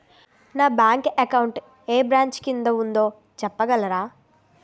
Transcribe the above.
నా bank account ఏ branch కిందా ఉందో చెప్పగలరా?